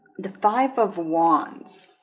the five of wands